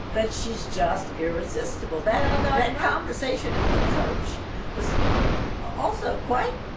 but she's just irresistible that although in conversation in the coach was also quite,